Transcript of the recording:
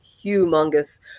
humongous